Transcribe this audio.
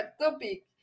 topic